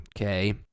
okay